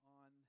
on